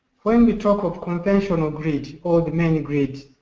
when we talk of conventional grid or the mini grid,